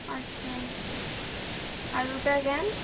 আচ্ছা আর ওটার র্যাম